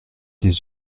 des